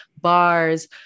bars